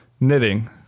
Knitting